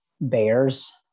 bears